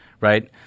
right